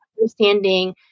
understanding